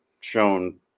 shown